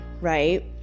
right